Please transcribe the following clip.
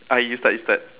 ah you start you start